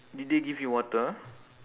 did they give you water